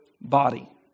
body